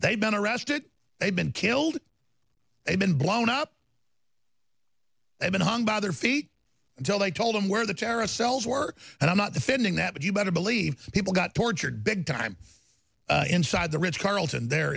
they've been arrested they've been killed they've been blown up they've been hung by their feet until they told them where the terrorist cells were and i'm not defending that but you better believe people got tortured big time inside the ritz carlton there